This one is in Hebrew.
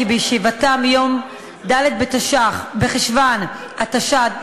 כי בישיבתה מיום ד' בחשוון התשע"ד,